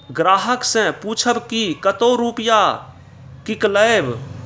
ग्राहक से पूछब की कतो रुपिया किकलेब?